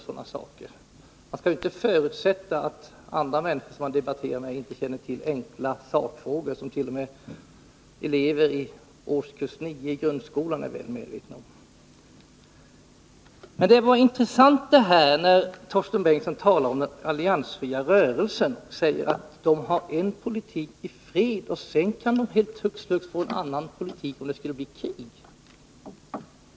Man skall inte förutsätta att människor som man debatterar med inte känner till enkla sakfrågor som t.o.m. elever i årskurs 9 i grundskolan är medvetna om. Torsten Bengtson sade att den alliansfria rörelsen har en politik i fred och sedan kan den hux flux ha en annan politik om det skulle bli krig.